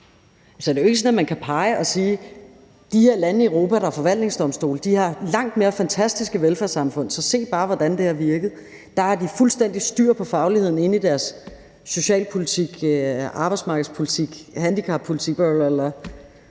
Så det er jo ikke sådan, at man kan pege på nogle lande og sige: De her lande i Europa, der har en forvaltningsdomstol, har langt mere fantastiske velfærdssamfund, så se bare, hvordan det har virket – der har de fuldstændig styr på fagligheden i deres socialpolitik, arbejdsmarkedspolitik, handicappolitik osv.